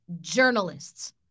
journalists